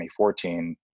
2014